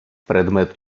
предмет